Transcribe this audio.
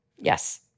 Yes